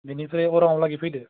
बेनिफ्राय अरां आव लागि फैदो